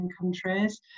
countries